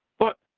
but,